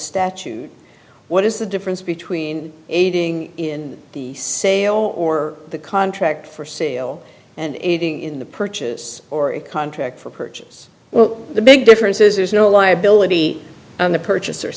statute what is the difference between aiding in the sale or the contract for sale and aiding in the purchase or a contract for purchase well the big difference is there's no liability on the purchaser